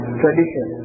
tradition